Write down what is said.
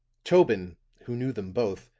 tobin, who knew them both,